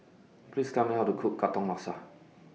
Please Tell Me How to Cook Katong Laksa